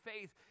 faith